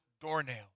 doornail